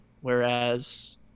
Whereas